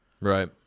Right